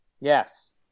Yes